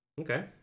Okay